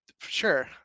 sure